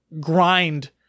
grind